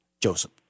Joseph